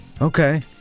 Okay